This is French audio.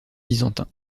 byzantin